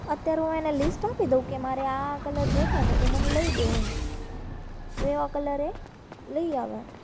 અત્યારે હું એને લિસ્ટ આપી દઉં કે મારે આ આ કલર જોતા છે તો મને લઈ દે એમ તો એવા કલર એ લઈ આવે